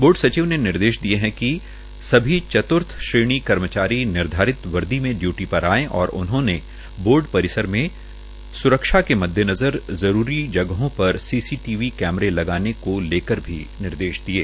board सचिव ने निर्देशदिये कि चत्र्थ कर्मचारी निर्धारित वर्दी में डयूटी पर आये और उन्होंने बोर्ड परिसर में स्रक्षा के मद्देनजर जरूरी जगहों पर सीसीटीवी कैमरे लगाने को लेकर भी निर्देश दिये